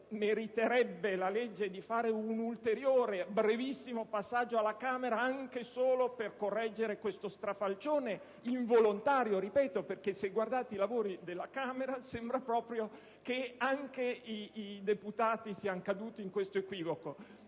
meriterebbe davvero un ulteriore brevissimo passaggio alla Camera dei deputati, anche solo per correggere questo strafalcione - ripeto - involontario, perché se guardate i lavori della Camera sembra proprio che anche i deputati siano caduti in questo equivoco.